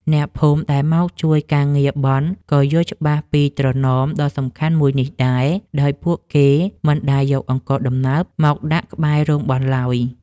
អ្នកភូមិដែលមកជួយការងារបុណ្យក៏យល់ច្បាស់ពីត្រណមដ៏សំខាន់មួយនេះដែរ ដោយពួកគេមិនដែលយកអង្ករដំណើបមកដាក់ក្បែររោងបុណ្យឡើយ។